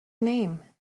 name